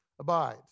abide